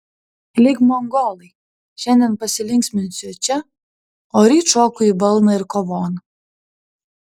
lyg mongolai šiandien pasilinksminsiu čia o ryt šoku į balną ir kovon